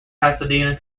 pasadena